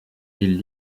villes